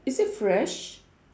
is it fresh